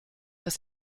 das